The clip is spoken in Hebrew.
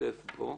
להשתתף בו.